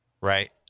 right